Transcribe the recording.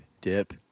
dip